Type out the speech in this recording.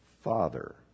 Father